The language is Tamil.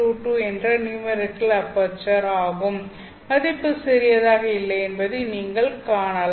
22 என்ற நியூமெரிக்கல் அபெர்ச்சர் ஆகும் மதிப்பு சிறியதாக இல்லை என்பதை நீங்கள் காணலாம்